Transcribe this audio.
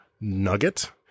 Nugget